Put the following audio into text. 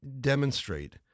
demonstrate